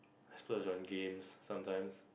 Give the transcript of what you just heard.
I splurge on games sometimes